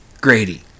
Grady